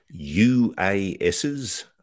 UASs